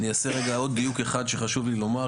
אני אעשה רגע עוד דיוק אחד שחשוב לי לומר,